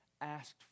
asked